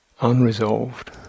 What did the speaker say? unresolved